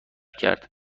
کرد